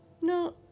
No